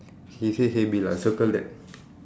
he said he'll be like circle that